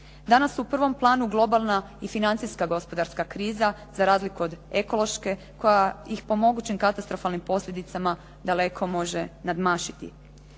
Danas u prvom planu globalna i financijska gospodarska kriza, za razliku od ekološke koja ih po mogućim katastrofalnim posljedicama daleko može nadmašiti.